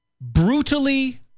brutally